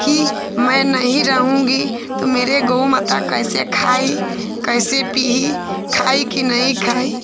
कि मैं नहीं रहूँगी तो मेरी गऊ माता कैसे खाई कैसे पीही खाई कि नहीं खाई